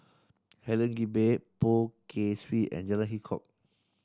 Helen Gilbey Poh Kay Swee and Jalan Hitchcock